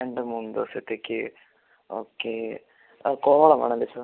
രണ്ട് മൂന്ന് ദിവസത്തേക്ക് ഓക്കെ ആ കോവളം ആണല്ലേ സാർ